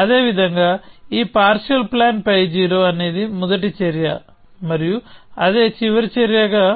అదేవిధంగా ఈ partial plan π0 అనేది మొదటి చర్య మరియు అదే చివరి చర్య గా